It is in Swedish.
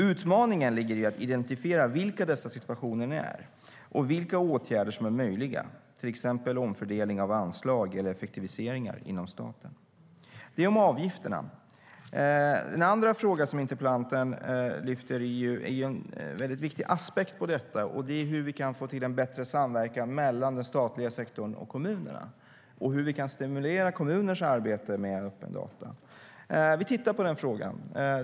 Utmaningen ligger i att identifiera vilka dessa situationer är och vilka åtgärder som är möjliga, till exempel omfördelning av anslag eller effektiviseringar inom staten. Detta sagt om avgifterna. En annan fråga som interpellationen lyfter fram är en mycket viktig aspekt på detta, nämligen hur vi kan få till en bättre samverkan mellan den statliga sektorn och kommunerna och hur vi kan stimulera kommuners arbete med öppna data. Vi tittar på den frågan.